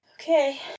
Okay